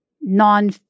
non